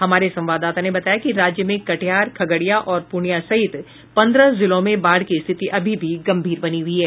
हमारे संवाददाता ने बताया कि राज्य में कटिहार खगड़िया और पूर्णिया सहित पंद्रह जिलों में बाढ़ की स्थिति अभी भी गंभीर बनी हुई है